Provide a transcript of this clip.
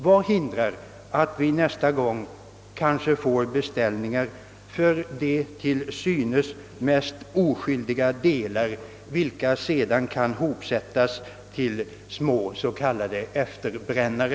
Vad hindrar att vi nästa gång kanske får beställningar på de till synes mest oskyldiga delar som sedan kan sättas ihop till små s.k. efterbrännare.